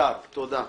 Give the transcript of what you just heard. אושר.